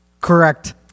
Correct